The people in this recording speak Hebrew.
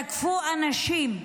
תקפו אנשים,